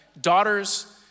daughters